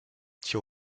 tirs